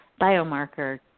biomarker